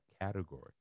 category